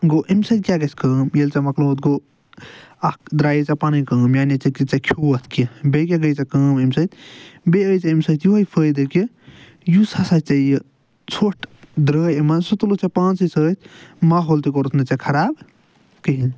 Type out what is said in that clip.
گوٚو اَمہِ سۭتۍ کیٛاہ گژھِ کٲم ییٚلہِ ژےٚ مۄکلووُتھ گوٚو اَکھ درٛایی ژےٚ پنٕنۍ کٲم یعنے ژےٚ ژےٚ کھٮ۪ووَتھ کیٚنٛہہ بییٚہِ کیٚاہ گٔیی ژےٚ کٲم اَمہِ سۭتۍ بییٚہِ آیی ژےٚ اَمہِ سۭتۍ یوٚہے فٲیِدٕ کہِ یُس ہسا ژےٚ یہِ ژھۄٹھ درٛٲے اَمہِ منٛزٕ سُہ تُلتھ ژےٚ پانسٕے سۭتۍ ماحول تہِ کوٚرُتھ نہٕ ژےٚ خراب کہیٖنٛۍ